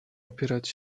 opierać